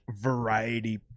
variety